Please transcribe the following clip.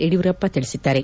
ಯಡಿಯೂರಪ್ಪ ತಿಳಿಸಿದ್ದಾರೆ